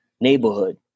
neighborhood